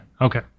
okay